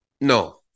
no